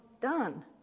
done